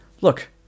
look